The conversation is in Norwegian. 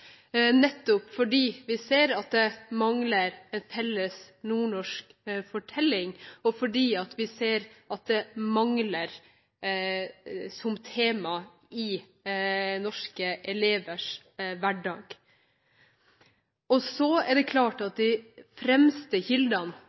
nettopp fordi vi ser at det mangler en felles nordnorsk fortelling, og fordi vi ser at dette mangler som tema i norske elevers hverdag. De fremste kildene begynner virkelig å trekke på årene nå. Slett ikke alle har klart